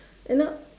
you know